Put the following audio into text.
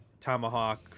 Tomahawk